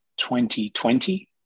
2020